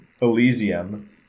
elysium